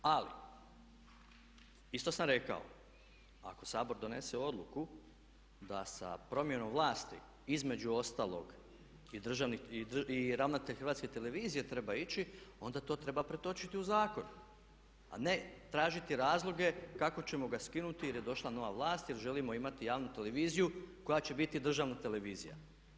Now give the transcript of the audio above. Ali isto sam rekao, ako Sabor donese odluku da sa promjenom vlasti između ostalog i ravnatelj Hrvatske televizije treba ići, onda to treba pretočiti u zakon, a ne tražiti razloge kako ćemo ga skinuti jer je došla nova vlast, jer želimo imati javnu televiziju koja će biti državna televizija.